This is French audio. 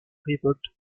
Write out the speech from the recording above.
révolte